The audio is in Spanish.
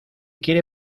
quiere